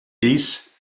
dies